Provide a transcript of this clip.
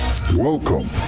Welcome